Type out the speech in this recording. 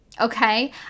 Okay